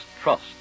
trust